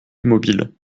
immobile